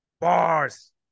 Bars